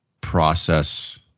process